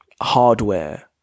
hardware